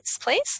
please